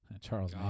Charles